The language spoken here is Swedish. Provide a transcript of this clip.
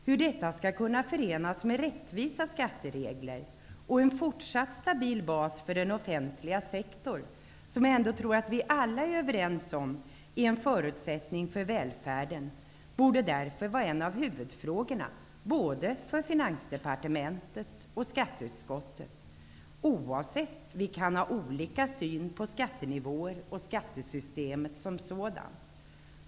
Hur detta skall kunna förenas med rättvisa skatteregler och en fortsatt stabil bas för den offentliga sektorn, som jag ändå tror att vi alla är överens om är en förutsättning för välfärden, borde därför vara en av huvudfrågorna både för Finansdepartementet och för skatteutskottet -- oavsett om vi har olika syn på skattenivåer och skattesystemet som sådant.